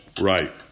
Right